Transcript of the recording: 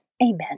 Amen